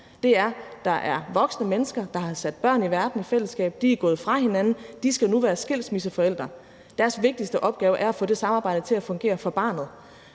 er jo, at der er voksne mennesker, der har sat børn i verden i fællesskab, de er gået fra hinanden, og de skal nu være skilsmisseforældre, og deres vigtigste opgave er at få det samarbejde til at fungere for barnet.